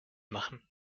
machen